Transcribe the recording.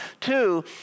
two